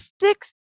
six